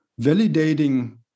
validating